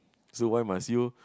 so why must you